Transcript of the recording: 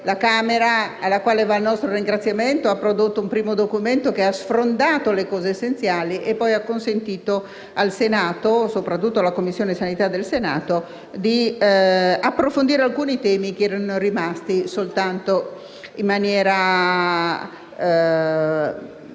La Camera, alla quale va il nostro ringraziamento, ha prodotto un primo documento che ha sfrondato le cose essenziali e poi ha consentito al Senato, soprattutto alla Commissione sanità, di approfondire alcuni temi che erano stati definiti alla